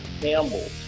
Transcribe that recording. Campbell